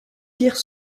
tire